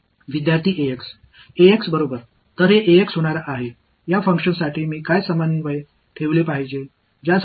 எனவே நான் எழுதப் போவது என்பது நீள உறுப்பு A இன் எந்த கூறு அதற்கு பங்களிக்கும்